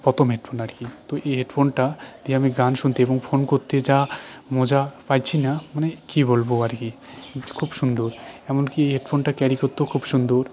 প্রথম হেডফোন আর কি তো এই হেডফোনটা দিয়ে আমি গান শুনতে এবং ফোন করতে যা মজা পাইছি না মানে কি বলবো আর কি খুব সুন্দর এমনকি এই হেডফোনটা ক্যারি করতেও খুব সুন্দর